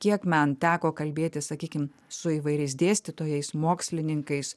kiek man teko kalbėtis sakykim su įvairiais dėstytojais mokslininkais